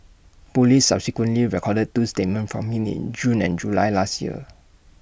Police subsequently recorded two statements from him in June and July last year